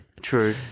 True